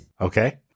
okay